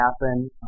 happen